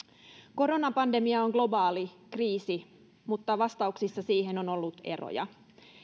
koronapandemia on globaali kriisi mutta vastauksissa siihen on ollut eroja